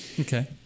Okay